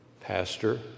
pastor